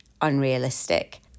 unrealistic